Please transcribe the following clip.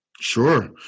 Sure